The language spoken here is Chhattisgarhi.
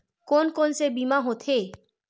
कोन कोन से बीमा होथे?